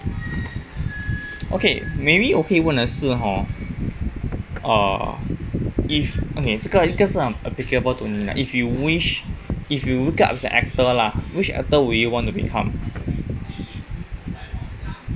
okay maybe okay 我可以问的是 hor err if okay 这个应该是很 applicable to 你 if you wish if you wake up as an actor lah which actor will you want to become